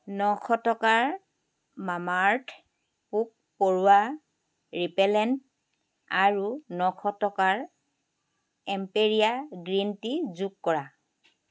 নশ টকাৰ মামাআৰ্থ পোক পৰুৱা ৰিপেলেণ্ট আৰু নশ টকাৰ এম্পেৰীয়া গ্ৰীণ টি যোগ কৰা